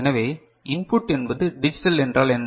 எனவே இன்புட் என்பது டிஜிட்டல் என்றால் என்ன